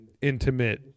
intimate